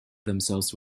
themselves